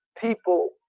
people